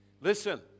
Listen